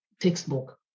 textbook